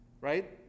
right